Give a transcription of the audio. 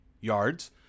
yards